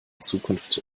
zukunft